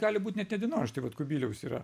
gali būt net ne dienoraštį vat kubiliaus yra